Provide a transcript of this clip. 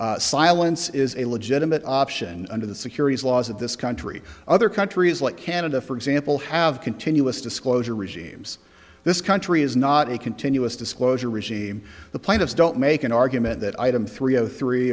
well silence is a legitimate option under the securities laws of this country other countries like canada for example have continuous disclosure regimes this country is not a continuous disclosure regime the plaintiffs don't make an argument that item three o three